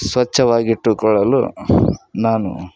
ಸ್ವಚ್ಛವಾಗಿಟ್ಟುಕೊಳ್ಳಲು ನಾನು